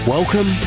Welcome